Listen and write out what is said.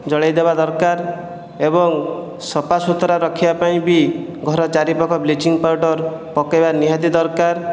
ଜଳାଇଦେବା ଦରକାର ଏବଂ ସଫାସୁତୁରା ରଖିବା ପାଇଁ ବି ଘର ଚାରିପାଖ ବ୍ଲିଚିଂ ପାଉଡ଼ର ପକାଇବା ନିହାତି ଦରକାର